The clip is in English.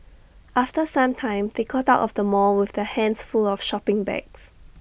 after some time they got out of the mall with their hands full of shopping bags